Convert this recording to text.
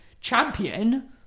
champion